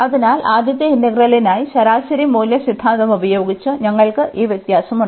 അതിനാൽ ആദ്യത്തെ ഇന്റഗ്രലിനായി ശരാശരി മൂല്യ സിദ്ധാന്തം ഉപയോഗിച്ച് ഞങ്ങൾക്ക് ഈ വ്യത്യാസമുണ്ട്